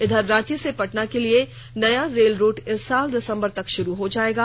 इधर रांची से पटना के लिए नया रेल रूट इस साल दिसंबर तक शुरू हो जाएगा